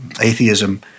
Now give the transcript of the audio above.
atheism